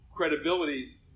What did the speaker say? credibilities